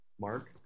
Mark